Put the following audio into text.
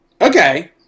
okay